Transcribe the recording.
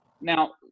Now